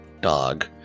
dog